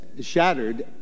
shattered